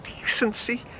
decency